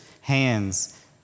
hands